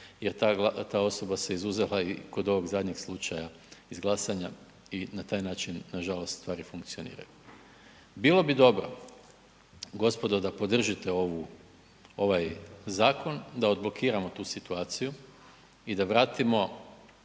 jer ta osoba se izuzela kod ovog zadnjeg slučaj iz glasanja i na taj način nažalost stvari funkcioniraju. Bilo bi dobro gospodo da podržite ovaj zakon, da odblokiramo tu situaciju i da vratimo